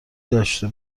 داشته